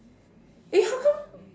eh how come